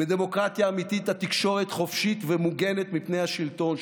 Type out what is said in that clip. בדמוקרטיה אמיתית התקשורת חופשית ומוגנת מפני השלטון.